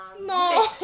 No